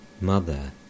Mother